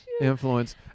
influence